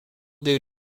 due